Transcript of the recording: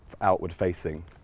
outward-facing